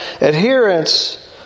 adherence